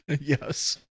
yes